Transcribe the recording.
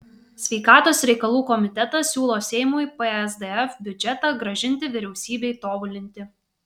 sveikatos reikalų komitetas siūlo seimui psdf biudžetą grąžinti vyriausybei tobulinti